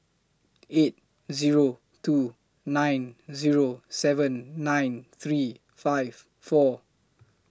eight Zero two nine Zero seven nine three five four